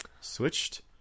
switched